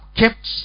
kept